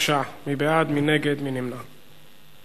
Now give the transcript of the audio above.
ההצעה להעביר את הצעת